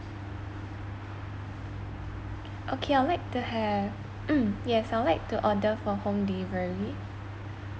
okay I'll like to have mm yes I would like to order for home delivery